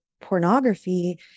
pornography